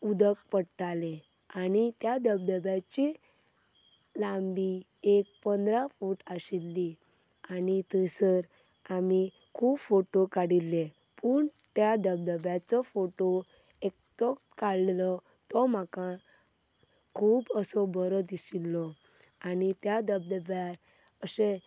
उदक पडटाले आनी त्या धबधब्याचें लांबी एक पंदरा फूट आशिल्ली आनी थंयसर आमी खूब फोटो काडिल्ले पूण त्या धबधब्याचो फोटू एकटो काडलेलो तो म्हाका खूब असो बरो दिशिल्लो आनी त्या धबधब्यार अशें